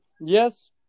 yes